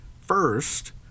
first